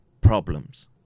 problems